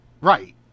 right